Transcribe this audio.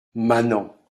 manants